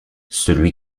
celui